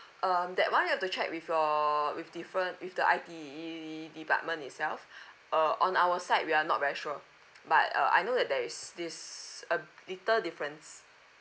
um that one have to check with your with different with the I_T_E department itself uh on our side we are not very sure but uh I know there is this a little difference